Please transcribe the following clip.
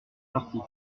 l’article